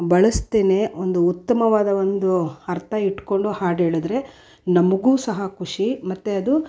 ಬಳಸ್ದೇಯೆ ಒಂದು ಉತ್ತಮವಾದ ಒಂದು ಅರ್ಥ ಇಟ್ಕೊಂಡು ಹಾಡೇಳಿದ್ರೆ ನಮಗೂ ಸಹ ಖುಷಿ ಮತ್ತು ಅದು